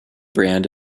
brand